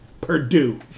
Purdue